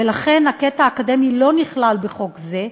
ולכן הקטע האקדמי לא נכלל בחוק זה.